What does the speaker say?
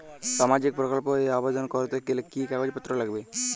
সামাজিক প্রকল্প এ আবেদন করতে গেলে কি কাগজ পত্র লাগবে?